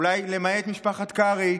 אולי למעט משפחת קרעי,